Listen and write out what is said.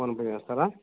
PhonePe చేస్తారా